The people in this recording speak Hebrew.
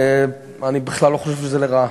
אני בכלל לא חושב שזה לרעה.